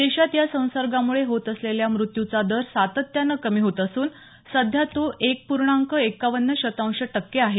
देशात या संसर्गामुळे होत असलेल्या मृत्यूचा दर सातत्यानं कमी होत असून सध्या तो एक पूर्णांक एकावन्न शतांश टक्के आहे